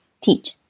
teach